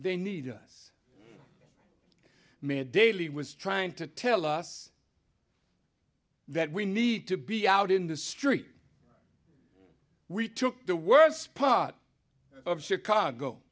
they need us made daily was trying to tell us that we need to be out in the street we took the worst part of chicago